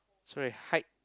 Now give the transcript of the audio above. sorry hike